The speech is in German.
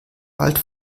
bald